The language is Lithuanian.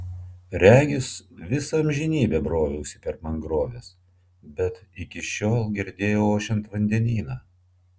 regis visą amžinybę broviausi per mangroves bet iki šiol girdėjau ošiant vandenyną